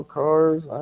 cars